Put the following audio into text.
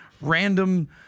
random